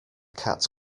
cat